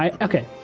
Okay